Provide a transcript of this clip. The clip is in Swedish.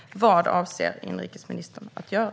Vad avser inrikesministern att göra?